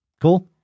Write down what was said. cool